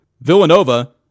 Villanova